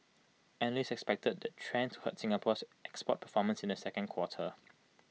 analysts expected that trend to hurt Singapore's export performance in the second quarter